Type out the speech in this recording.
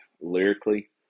lyrically